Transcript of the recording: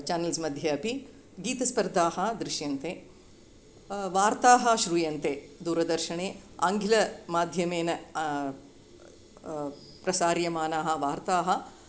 चानल्स्मध्ये अपि गीतस्पर्धाः दृश्यन्ते वार्ताः श्रूयन्ते दूरदर्शने आङ्ग्लमाध्यमेन प्रसार्यमानाः वार्ताः